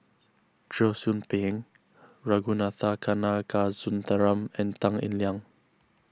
Cheong Soo Pieng Ragunathar Kanagasuntheram and Tan Eng Liang